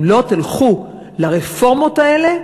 אם לא תלכו לרפורמות האלה,